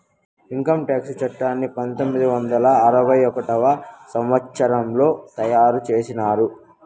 income tax చట్టాన్ని పంతొమ్మిది వందల అరవై ఒకటవ సంవచ్చరంలో తయారు చేసినారు